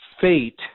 fate